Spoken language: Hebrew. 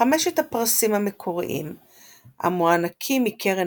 חמשת הפרסים המקוריים המוענקים מקרן